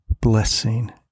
blessing